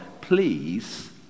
please